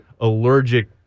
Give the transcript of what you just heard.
allergic